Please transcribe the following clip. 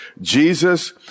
Jesus